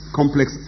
complex